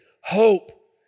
hope